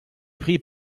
pris